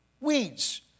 Weeds